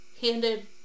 handed